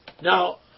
Now